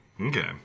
Okay